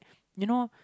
you know